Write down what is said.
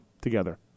together